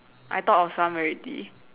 I thought of some already